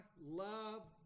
love